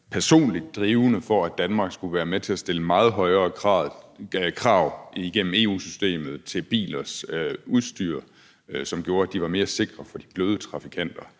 personligt drivende, i forhold til at Danmark skulle være med til at stille meget højere krav igennem EU-systemet til bilers udstyr, som gjorde, at de var mere sikre for de bløde trafikanter.